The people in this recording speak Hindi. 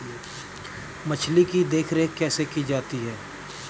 मछली की देखरेख कैसे की जाती है?